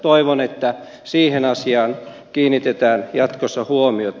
toivon että siihen asiaan kiinnitetään jatkossa huomiota